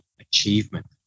achievement